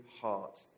heart